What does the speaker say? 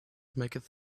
maketh